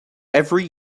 every